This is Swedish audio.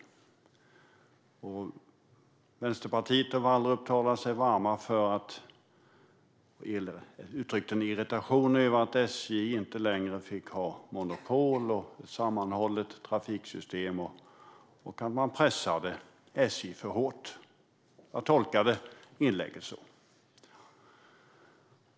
Vänsterpartiet och Wallrup uttrycker en irritation över att SJ inte längre fick ha monopol och sammanhållet trafiksystem och över att man pressade SJ för hårt. Jag tolkade inlägget så.